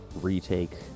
retake